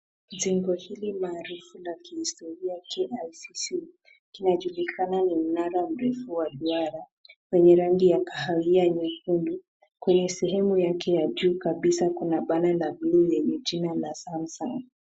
Jengo hili maarufu la kihistoria KICC, kinajulikana ni mnara mrefu wa duara wenye rangi ya kahawia nyekundu. Kwenye sehemu yake ya juu kabisa kuna banner la bluu lenye jina la Samsung.